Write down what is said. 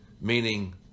meaning